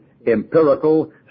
empirical